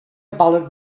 ballad